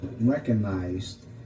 recognized